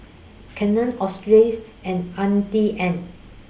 Canon Australis and Auntie Anne's